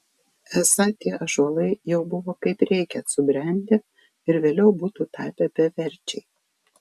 esą tie ąžuolai jau buvo kaip reikiant subrendę ir vėliau būtų tapę beverčiai